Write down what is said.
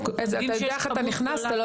זה חד